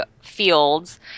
fields